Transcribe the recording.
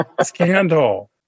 Scandal